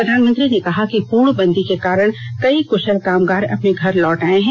प्रधानमंत्री ने कहा कि पूर्णबंदी के कारण कई कुशल कामगार अपने घर लौट आए हैं